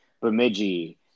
Bemidji